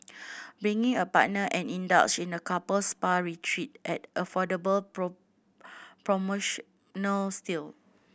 bring a partner and indulge in a couple spa retreat at affordable promotional steal